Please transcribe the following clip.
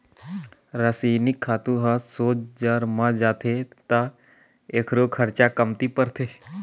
रसइनिक खातू ह सोझ जर म जाथे त एखरो खरचा कमती परथे